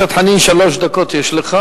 אז מרגע זה, חבר הכנסת חנין, שלוש דקות יש לך.